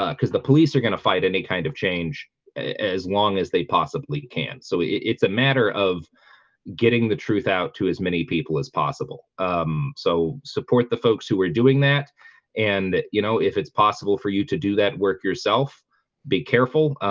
ah because the police are gonna fight any kind of change as long as they possibly can so it's a matter of getting the truth out to as many people as possible um, so support the folks who are doing that and you know if it's possible for you to do that work yourself be careful,